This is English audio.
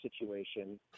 situation